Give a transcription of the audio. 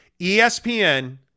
ESPN